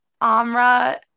Amra